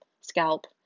scalp